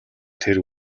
тэр